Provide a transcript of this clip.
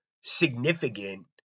significant